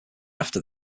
after